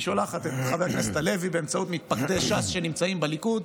היא שולחת את חבר הכנסת הלוי באמצעות מתפקדי ש"ס שנמצאים בליכוד.